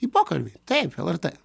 į pokalbį taip lrt